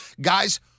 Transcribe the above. Guys